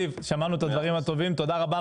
זיו, שמענו את הדברים הטובים, תודה רבה.